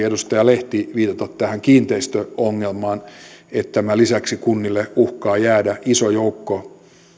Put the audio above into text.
edustaja lehtihän taisi viitata tähän kiinteistöongelmaan että tämän lisäksi kunnille uhkaa jäädä iso joukko